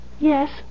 Yes